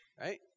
right